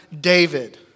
David